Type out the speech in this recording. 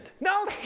No